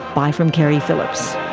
bye from keri phillips